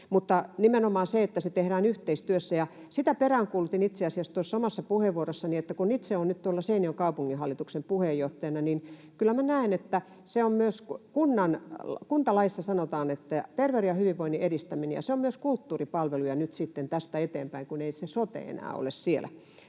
Mutta nimenomaan se, että se tehdään yhteistyössä. Ja sitä peräänkuulutin itse asiassa tuossa omassa puheenvuorossani, että kun itse olen nyt tuolla Seinäjoen kaupunginhallituksen puheenjohtajana, niin kyllä minä näen, että kun myös kuntalaissa sanotaan, että ”terveyden ja hyvinvoinnin edistäminen”, niin se on myös kulttuuripalveluja nyt sitten tästä eteenpäin, kun ei se sote enää ole siellä.